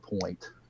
point